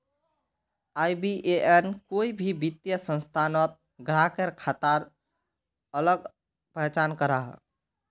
IBAN कोई भी वित्तिय संस्थानोत ग्राह्केर खाताक अलग पहचान कराहा